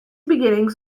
beginnings